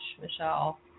Michelle